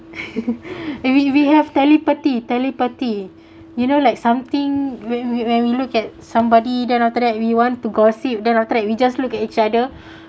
maybe we have telepathy telepathy you know like something when we when we look at somebody then after that we want to gossip then after that we just look at each other